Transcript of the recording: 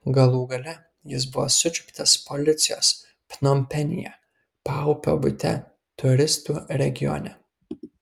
galų gale jis buvo sučiuptas policijos pnompenyje paupio bute turistų regione